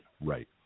Right